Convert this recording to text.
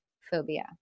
phobia